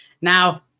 Now